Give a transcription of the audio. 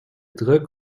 druk